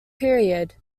period